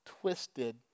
twisted